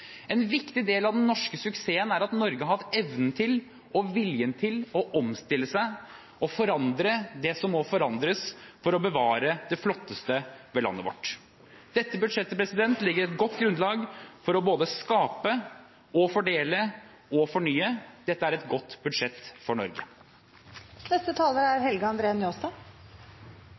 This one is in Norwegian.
En viktig del av den norske suksessen er at Norge har hatt evnen og viljen til å omstille seg og forandre det som må forandres for å bevare det flotteste ved landet vårt. Dette budsjettet legger et godt grunnlag for å både skape, fordele og fornye. Dette er et godt budsjett for